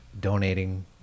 donating